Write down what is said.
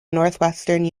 northwestern